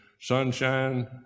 sunshine